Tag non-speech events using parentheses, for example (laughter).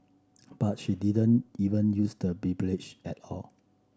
but she didn't even use the (unintelligible) at all